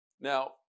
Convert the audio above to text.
Now